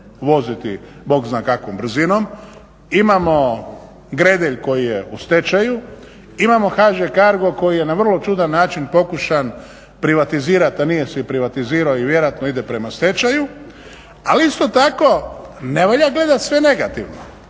voziti bog zna kakvom brzinom, imamo Gredelj koji je u stečaju, imamo HŽ Cargo koji je na vrlo čudan način pokušan privatizirat, a nije se privatizirao i vjerojatno ide prema stečaju. Ali isto tako ne valja gledati sve negativno.